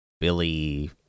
Billy